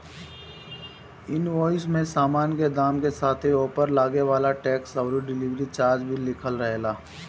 invoice में सामान के दाम के साथे ओपर लागे वाला टेक्स अउरी डिलीवरी चार्ज भी लिखल रहेला